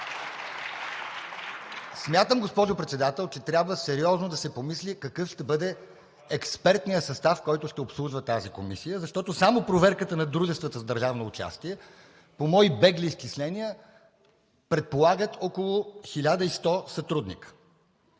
Смятам, госпожо Председател, че трябва сериозно да се помисли какъв да бъде експертният състав, който ще обслужва тази комисия, защото само проверката на дружествата с държавно участие, по мои бегли изчисления, предполагат около 1100 сътрудници.